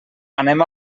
anem